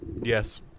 Yes